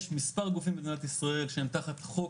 יש מספר גופים במדינת ישראל, שהם תחת חוק,